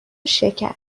شکر